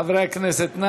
חברי הכנסת,